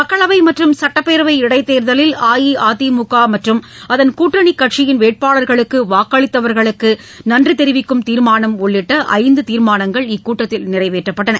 மக்களவை மற்றும் சுட்டப்பேரவை இடைத்தேர்தலில் அஇஅதிமுக மற்றும் அதன் கூட்டணி கட்சியின் வேட்பாளர்களுக்கு வாக்களித்தவர்களுக்கு நன்றி தெரிவிக்கும் தீர்மானம் உள்ளிட்ட ஐந்து தீர்மானங்கள் இக்கூட்டத்தில் நிறைவேற்றப்பட்டன